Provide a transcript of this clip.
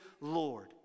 Lord